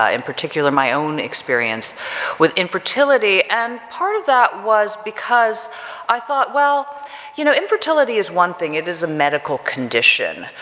ah in particular my own experience with infertility, and part of that was because i thought, well you know, infertility is one thing it is a medical condition,